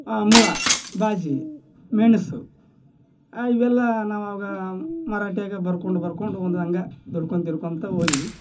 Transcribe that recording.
ಮೂಳ ಭಾಜಿ ಮೆಣಸು ಇವೆಲ್ಲ ನಾವು ಅವಾಗ ಮರಾಠಿಯಾಗ ಬರ್ಕೊಂಡು ಬರ್ಕೊಂಡು ಒಂದು ಹಂಗ ದುಡ್ಕೊಂಡ್ ತಿನ್ಕೊತ ಹೋದಿವಿ